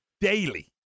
daily